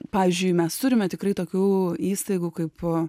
pavyzdžiui mes turime tikrai tokių įstaigų kaip